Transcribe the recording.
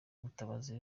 mutabazi